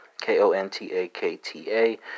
K-O-N-T-A-K-T-A